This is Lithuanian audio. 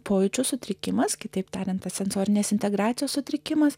pojūčių sutrikimas kitaip tariant sensorinės integracijos sutrikimas